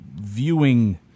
Viewing